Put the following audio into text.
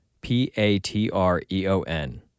P-A-T-R-E-O-N